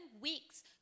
weeks